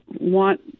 want